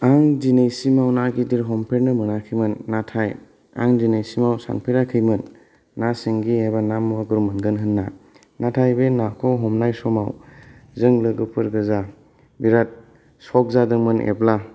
आं दिनैसिमाव ना गिदिर हमफेरनो मोनाखैमोन नाथाय आं दिनैसिमाव सानफेराखैमोन ना सिंगा एबा ना मागुर मोनगोन होनना नाथाय बे नाखौ हमनाय समाव जों लोगोफोर गोजा बिरात शक जादोंमोन एब्ला